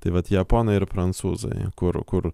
tai vat japonai ir prancūzai kur kur